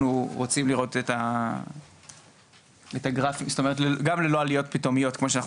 רוצים לראות את הגרף גם ללא עליות פתאומיות כמו שאנחנו